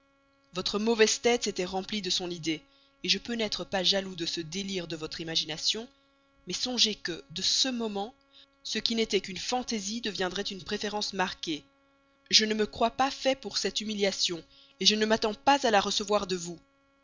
votre mauvaise tête s'était remplie de son idée je peux n'être pas jaloux de ce délire de votre imagination mais songez que de ce moment ce qui n'était qu'une fantaisie deviendrait une préférence marquée je ne me crois pas fait pour cette humiliation je ne m'attends pas à la recevoir de vous